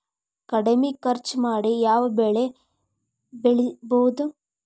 ಕಡಮಿ ಖರ್ಚ ಮಾಡಿ ಯಾವ್ ಬೆಳಿ ಬೆಳಿಬೋದ್?